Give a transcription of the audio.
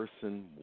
person